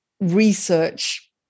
research